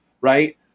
right